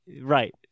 Right